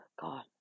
God